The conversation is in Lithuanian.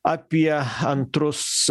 apie antrus